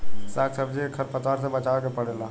साग सब्जी के खर पतवार से बचावे के पड़ेला